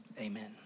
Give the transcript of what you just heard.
Amen